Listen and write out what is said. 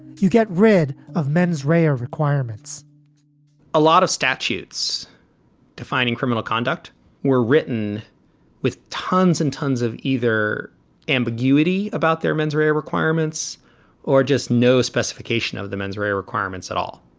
you get rid of mens rea or requirements a lot of statutes defining criminal conduct were written with tons and tons of either ambiguity about their mens rea requirements or just no specification of the mens rea requirements at all.